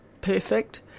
perfect